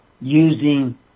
using